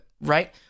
right